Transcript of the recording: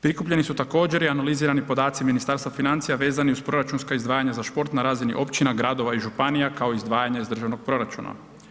Prikupljeni su također i analizirani podaci Ministarstva financija vezani uz proračunska izdvajanja za šport na razini općina, gradova i županija kao izdvajanja iz državnog proračuna.